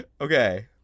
Okay